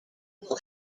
will